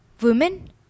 women